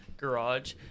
Garage